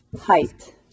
height